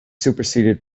superseded